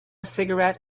cigarette